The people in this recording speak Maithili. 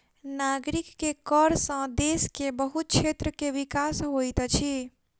नागरिक के कर सॅ देश के बहुत क्षेत्र के विकास होइत अछि